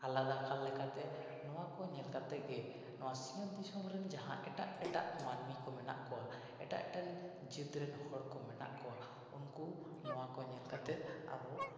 ᱟᱞᱟᱫᱟᱠᱟᱨ ᱞᱮᱠᱟᱛᱮ ᱱᱚᱣᱟ ᱠᱚ ᱧᱮᱞ ᱠᱟᱛᱮᱫ ᱜᱮ ᱱᱚᱣᱟ ᱥᱤᱧᱚᱛ ᱫᱤᱥᱚᱢ ᱨᱮ ᱡᱟᱦᱟᱸ ᱮᱴᱟᱜ ᱮᱴᱟᱜ ᱢᱟᱹᱱᱢᱤ ᱠᱚ ᱢᱮᱱᱟᱜ ᱠᱚᱣᱟ ᱮᱴᱟᱜ ᱮᱴᱟᱜ ᱡᱟᱹᱛ ᱨᱮᱱ ᱦᱚᱲ ᱠᱚ ᱢᱮᱱᱟᱜ ᱠᱚᱣᱟ ᱩᱱᱠᱩ ᱱᱚᱣᱟ ᱠᱚ ᱧᱮᱞ ᱠᱟᱛᱮᱫ ᱟᱵᱚ